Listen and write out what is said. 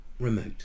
remote